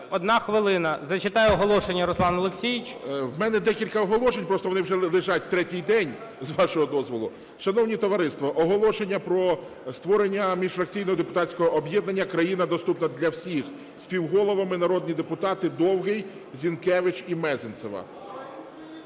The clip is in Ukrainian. одна хвилина, зачитає оголошення Руслан Олексійович. 11:57:37 СТЕФАНЧУК Р.О. В мене декілька оголошень, просто вони вже лежать третій день, з вашого дозволу. Шановне товариство, оголошення про створення міжфракційного депутатського об'єднання "Країна доступна для всіх", співголовами - народні депутати Довгий, Зінкевич і Мезенцева.